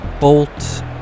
Bolt